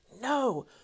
No